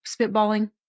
spitballing